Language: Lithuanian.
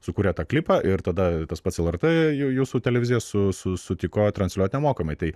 sukūrė tą klipą ir tada tas pats lrt jūsų televizija su sutiko transliuoti nemokamai tai